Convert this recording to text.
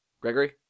Gregory